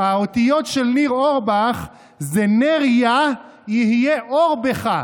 והאותיות של ניר אורבך זה נר יה יהיה אור בך,